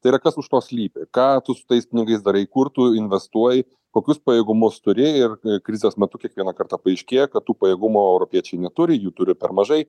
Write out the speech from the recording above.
tai yra kas už to slypi ką tu su tais pinigais darai kur tu investuoji kokius pajėgumus turi ir krizės metu kiekvieną kartą paaiškėja kad tų pajėgumų europiečiai neturi jų turi per mažai